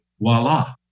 voila